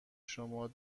شما